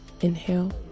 inhale